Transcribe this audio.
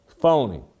Phony